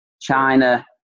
china